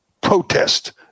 protest